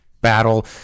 battle